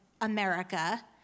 America